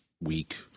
week